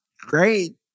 great